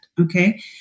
Okay